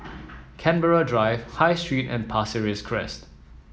Canberra Drive High Street and Pasir Ris Crest